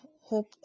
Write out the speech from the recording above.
hope